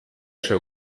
seu